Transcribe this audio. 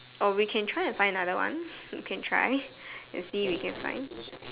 oh we can try to find another one we can try and see we can find